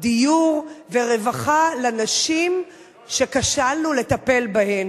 דיור ורווחה לנשים שכשלנו בטיפול בהן.